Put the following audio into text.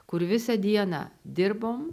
kur visą dieną dirbom